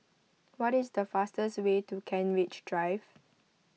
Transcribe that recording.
what is the fastest way to Kent Ridge Drive